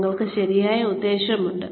നിങ്ങൾക്ക് ശരിയായ ഉദ്ദേശമുണ്ട്